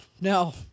No